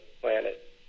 planet